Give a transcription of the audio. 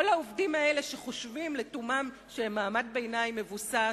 כל העובדים האלה שחושבים לתומם שהם מעמד ביניים מבוסס,